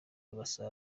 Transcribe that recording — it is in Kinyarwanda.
amasaha